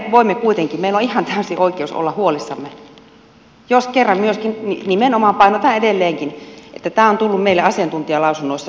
siitä meillä on ihan täysi oikeus olla huolissamme jos kerran myöskin nimenomaan painotan edelleenkin tämä on tullut meille asiantuntijalausunnoissa esiin